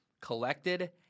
collected